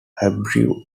hebrew